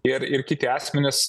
ir ir kiti asmenys